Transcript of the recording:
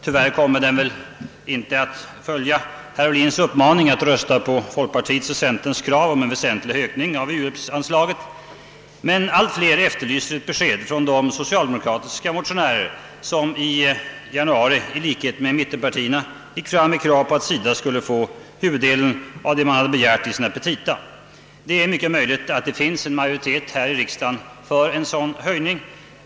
— Tyvärr kommer den väl inte att följa herr Ohlins uppmaning att rösta på folkpartiets och centerns krav på en väsentlig ökning av u-hjälpsanslaget. Men allt fler efterlyser ett besked från de socialdemokratiska motionärer som i januari i likhet med mittenpartierna gick fram med krav på att SIDA skulle få huvuddelen av vad SIDA begärt i sina petita. Det är mycket möjligt att det finns en majoritet här i riksdagen för en sådan höjning.